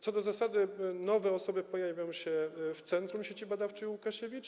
Co do zasady nowe osoby pojawią się w Centrum Sieci Badawczej Łukasiewicz.